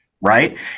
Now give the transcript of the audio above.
right